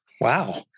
Wow